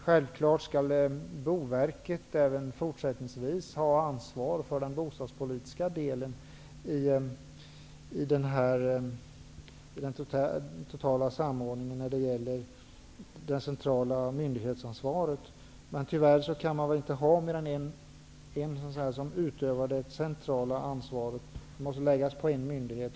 Självfallet skall Boverket även fortsättningsvis ha ansvaret för den bostadspolitiska delen i den totala samordningen av det centrala myndighetsansvaret. Tyvärr kan man inte ha mer än en som utövar det centrala ansvaret. Det måste läggas på en myndighet.